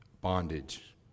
bondage